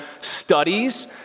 studies